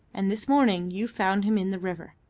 and this morning you found him in the river.